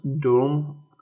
Doom